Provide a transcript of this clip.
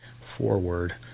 forward